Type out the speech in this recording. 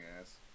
ass